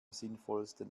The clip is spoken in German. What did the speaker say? sinnvollsten